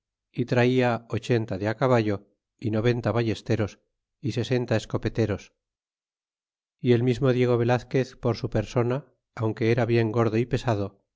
y traia ochenta de acaballo y noventa ballesteros y sesenta escopeteros y el mismo diego velazquez por su persona aunque era bien gordo y pesado